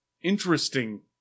interesting